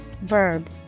verb